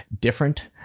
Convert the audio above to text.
Different